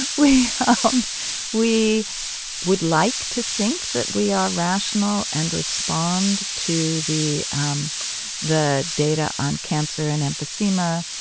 we um we would like to think that we are rational and respond to the um the data on cancer and emphysema.